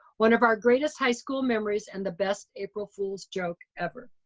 one of our greatest high school memories and the best april fools joke ever.